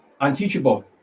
unteachable